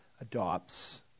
adopts